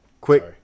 quick